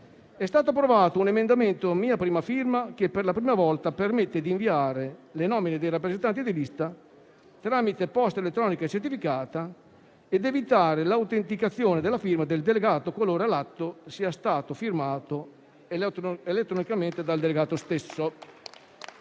è stato approvato un emendamento da me presentato che, per la prima volta, permette di inviare le nomine dei rappresentanti di lista tramite posta elettronica certificata ed evitare l'autenticazione della firma del delegato qualora l'atto sia stato firmato elettronicamente dal delegato stesso.